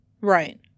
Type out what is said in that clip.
Right